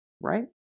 Right